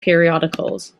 periodicals